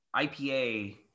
IPA